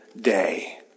day